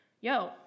Yo